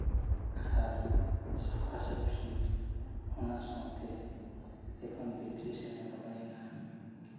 ᱟᱨ ᱥᱟᱯᱷᱟᱼᱥᱟᱹᱯᱷᱤ ᱚᱱᱟ ᱥᱟᱶᱛᱮ ᱡᱚᱠᱷᱚᱱ ᱵᱷᱤᱛᱨᱤ ᱥᱮᱱ ᱞᱮ ᱵᱚᱞᱚᱭᱮᱱᱟ